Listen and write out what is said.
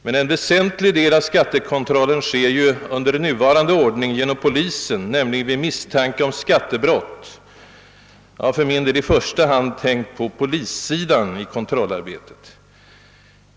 Men en väsentlig del av skattekontrollen sker enligt nuvarande ordning genom polisen, näm ligen vid misstanke om skattebrott. Jag har för min del i första hand tänkt på polissidan i kontrollarbetet.